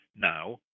now